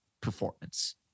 performance